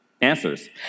answers